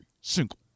single